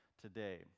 today